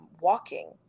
walking